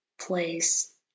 place